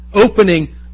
opening